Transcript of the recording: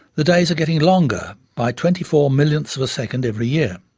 the days are getting longer by twenty four millionths of a second every year.